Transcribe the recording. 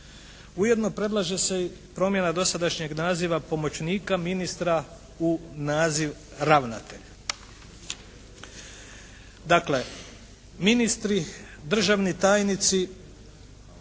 Ujedno predlaže se i promjena dosadašnjeg naziva pomoćnika ministra u naziv ravnatelj. Dakle ministri, državni tajnici